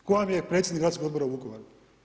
Tko vam je predsjednik Gradskog odbora u Vukovaru?